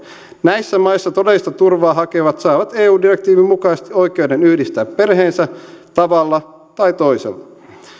näissä maissa todellista turvaa hakevat saavat eu direktiivin mukaisesti oikeuden yhdistää perheensä tavalla tai toisella